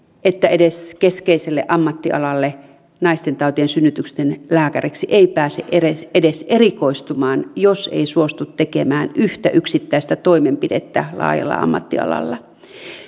että edes keskeiselle ammattialalle naistentautien ja synnytysten lääkäriksi ei pääse edes edes erikoistumaan jos ei suostu tekemään yhtä yksittäistä toimenpidettä laajalla ammattialalla